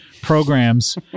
programs